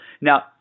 Now